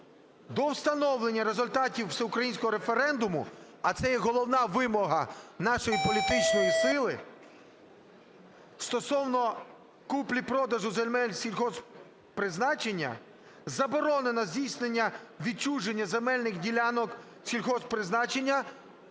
"До встановлення результатів всеукраїнського референдуму", а це є головна вимога нашої політичної сили, "стосовно купівлі-продажу земель сільськогосподарського призначення заборонено здійснення відчуження земельних ділянок сільськогосподарського